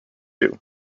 too